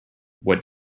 what